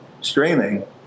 streaming